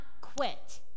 quit